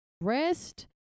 rest